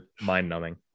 mind-numbing